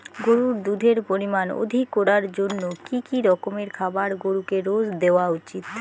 গরুর দুধের পরিমান অধিক করার জন্য কি কি রকমের খাবার গরুকে রোজ দেওয়া উচিৎ?